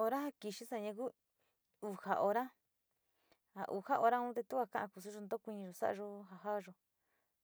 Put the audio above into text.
Hora ja kixi saña ku uxa ora, ja uxa oran tu a ka´aa kusuyo tu kuiniyo sa´ayo ja jaayo